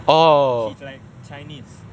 she's like chinese